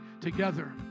together